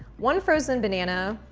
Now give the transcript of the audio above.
one frozen banana,